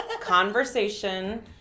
conversation